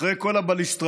אחרי כל הבליסטראות,